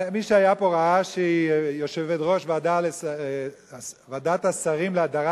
מי שהיה פה ראה שיושבת-ראש ועדת השרים להדרת